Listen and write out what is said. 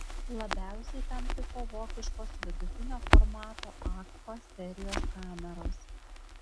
labiausiai tam tiko vokiškos vidutinio formato agfa serijos kameros